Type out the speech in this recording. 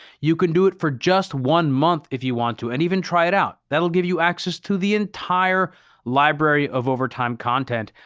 you can do it for just one month if you want to and even try it out. that'll give you access to the entire library of overtime content,